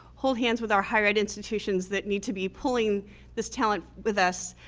hold hands with our higher ed. institutions that need to be pulling this talent with us